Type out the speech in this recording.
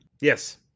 Yes